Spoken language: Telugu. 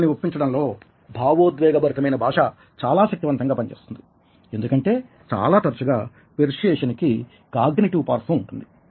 ప్రజలని ఒప్పించడం లో భావోద్వేగ భరితమైన భాష చాలా శక్తివంతంగా చేస్తుంది ఎందుకంటే చాలా తరచుగా పెర్సుయేసన్కి కాగ్నిటివ్ పార్శ్వం ఉంటుంది